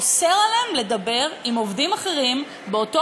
אוסר עליהם לדבר עם עובדים אחרים באותו